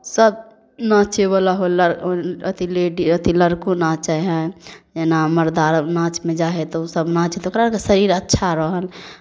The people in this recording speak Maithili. सभ नाचयवला होलै लड़ अथि लेडी अथि लड़को नाचै हइ जेना मर्द अर नाचमे जाइ हइ तऽ ओसभ नाच ओकरा से शरीर अच्छा रहल